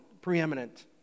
preeminent